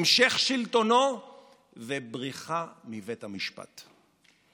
המשך שלטונו ובריחה מבית המשפט.